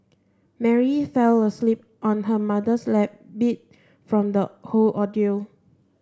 Mary fell asleep on her mother's lap beat from the whole ordeal